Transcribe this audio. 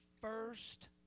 first